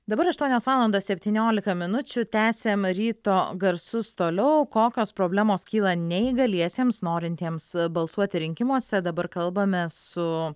dabar aštuonios valandos septyniolika minučių tęsiam ryto garsus toliau kokios problemos kyla neįgaliesiems norintiems balsuoti rinkimuose dabar kalbamės su